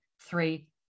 three